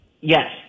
Yes